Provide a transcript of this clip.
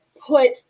put